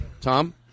Tom